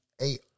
eight